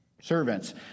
servants